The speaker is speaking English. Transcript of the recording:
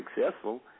successful